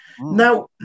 Now